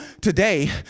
today